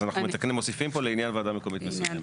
אז אנחנו מוסיפים פה לעניין ועדה מקומית מסוימת.